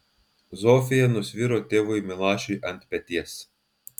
zofija nusviro tėvui milašiui ant peties